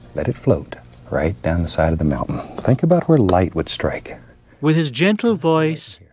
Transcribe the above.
let it float right down the side of the mountain. think about where light would strike with his gentle voice,